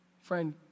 Friend